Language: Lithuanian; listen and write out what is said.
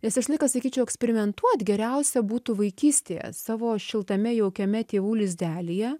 nes aš laikas sakyčiau eksperimentuot geriausia būtų vaikystėje savo šiltame jaukiame tėvų lizdelyje